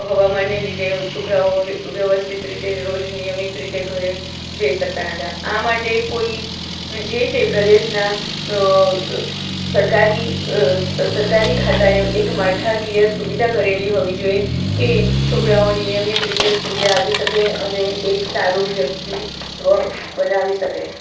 હવામાનને લીધે છોકરાઓ વ્યવસ્થિત રીતે રોજ નિયમિત રીતે ઘરે જઈ શકતા નહોતા આ માટે કોઈ જે તે પ્રદેશના સરકારી સરકારી ખાતાએ એક માળખાકીય સુવિધા કરેલી હોવી જોઈએ કે છોકરાઓ નિયમિત રીતે સ્કૂલે આવી શકે અને એક સારું વ્યક્તિત્વ બનાવી શકે